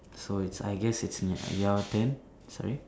so it's I guess it's your turn sorry